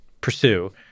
pursue